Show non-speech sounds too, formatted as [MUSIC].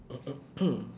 [COUGHS]